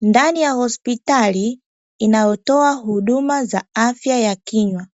Ndani ya hospitali inayotoa huduma za afya ya kinywa,